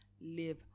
live